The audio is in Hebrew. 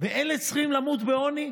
ואלה צריכים למות בעוני?